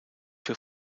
für